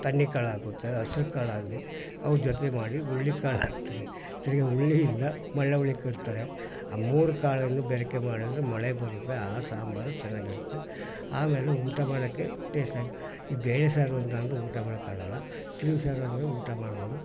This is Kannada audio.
ತಣ್ಣಿಕಾಳು ಆಗುತ್ತೆ ಹಸಿರು ಕಾಳಾಗಲಿ ಅವು ಜೊತೆ ಮಾಡಿ ಹುರುಳೀಕಾಳು ಹಾಕ್ತಾರೆ ತಿರುಗಾ ಹುರುಳಿಯಿಂದ ಮಳ್ಳ ಹುರುಳಿ ಕಟ್ತಾರೆ ಆ ಮೂರೂ ಕಾಳನ್ನು ಬೆರಕೆ ಮಾಡಿದರೆ ಮೊಳೆ ಬರುತ್ತೆ ಆ ಸಾಂಬಾರು ಚೆನ್ನಾಗಿರುತ್ತೆ ಆಮೇಲೆ ಊಟ ಮಾಡೋಕ್ಕೆ ಟೇಸ್ಟ್ ಆಗಿ ಈ ಬೇಳೆ ಸಾರು ಅಂತ ಅಂದ್ರೆ ಊಟ ಮಾಡೋಕ್ಕಾಗೋಲ್ಲ ತಿಳಿ ಸಾರು ಅಂದರೆ ಊಟ ಮಾಡ್ಬೋದು